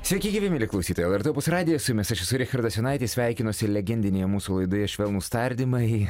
sveiki gyvi mieli klausytojai lrt radijas su jumis aš esu richardas jonaitis sveikinuosi legendinėje mūsų laidoje švelnūs tardymai